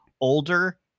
older